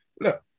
look